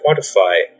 quantify